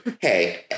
Hey